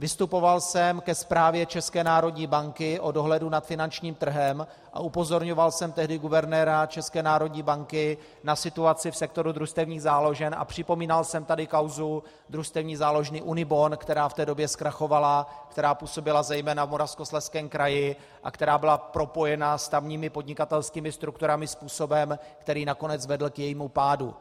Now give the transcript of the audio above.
Vystupoval jsem ke zprávě České národní banky o dohledu nad finančním trhem a upozorňoval jsem tehdy guvernéra České národní banky na situaci v sektoru družstevních záložen a připomínal jsem tady kauzu družstevní záložny Unibon, která v té době zkrachovala, která působila zejména v Moravskoslezském kraji a která byla propojena s tamními podnikatelskými strukturami způsobem, který nakonec vedl k jejímu pádu.